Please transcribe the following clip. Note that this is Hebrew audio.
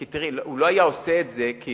תראי, הוא לא היה עושה את זה, כי